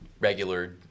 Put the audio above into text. regular